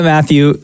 Matthew